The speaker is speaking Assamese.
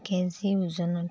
কেজি ওজনত